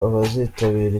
abazitabira